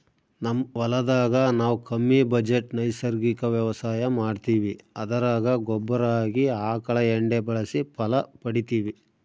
ನಮ್ ಹೊಲದಾಗ ನಾವು ಕಮ್ಮಿ ಬಜೆಟ್ ನೈಸರ್ಗಿಕ ವ್ಯವಸಾಯ ಮಾಡ್ತೀವಿ ಅದರಾಗ ಗೊಬ್ಬರ ಆಗಿ ಆಕಳ ಎಂಡೆ ಬಳಸಿ ಫಲ ಪಡಿತಿವಿ